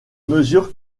mesure